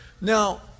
Now